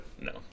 No